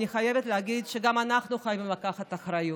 אני חייבת להגיד שגם אנחנו חייבים לקחת אחריות.